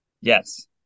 Yes